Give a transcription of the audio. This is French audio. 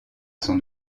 son